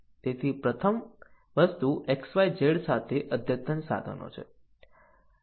તેથી પ્રથમ વસ્તુ XYZ પાસે અદ્યતન સાધનો છે